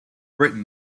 britain